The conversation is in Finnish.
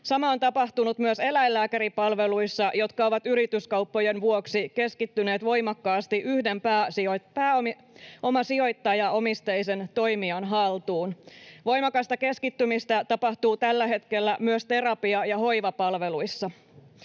Sama on tapahtunut myös eläinlääkäripalveluissa, jotka ovat yrityskauppojen vuoksi keskittyneet voimakkaasti yhden pääomasijoittajaomisteisen toimijan haltuun. Voimakasta keskittymistä tapahtuu tällä hetkellä myös terapia- ja hoivapalveluissa.